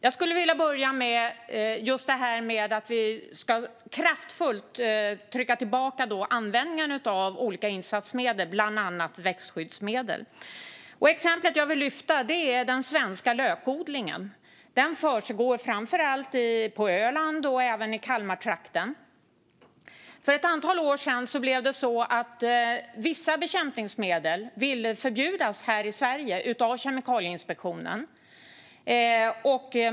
Jag vill börja med det här att vi kraftfullt ska trycka tillbaka användningen av olika insatsmedel, bland annat växtskyddsmedel. Det exempel jag vill ta upp gäller den svenska lökodlingen. Den finns framför allt på Öland och i Kalmartrakten. För ett antal år sedan ville Kemikalieinspektionen förbjuda vissa bekämpningsmedel här i Sverige.